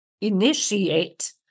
initiate